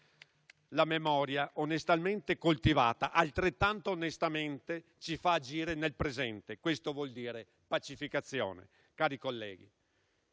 La memoria, onestamente coltivata, altrettanto onestamente ci fa agire nel presente. Questo vuol dire pacificazione. Cari colleghi,